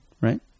right